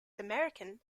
american